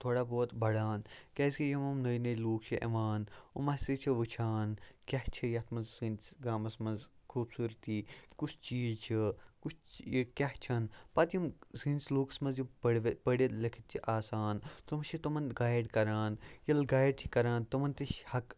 تھوڑا بہت بَڑان کیٛازِکہِ یِم یِم نٔے نٔے لوٗکھ چھِ یِوان یِم ہَسے چھِ وٕچھان کیٛاہ چھِ یَتھ منٛز سٲنِس گامَس منٛز خوٗبصوٗرتی کُس چیٖز چھِ کُس یہِ کیٛاہ چھَنہ پَتہٕ یِم سٲنِس لوٗکَس منٛز یہِ پٔرِتھ لیٚکھِتھ چھِ آسان تِم چھِ تِمَن گایِڈ کَران ییٚلہِ گایِڈ چھِ کَران تِمَن تہِ چھِ حق